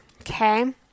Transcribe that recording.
okay